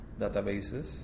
databases